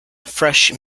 fresh